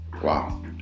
wow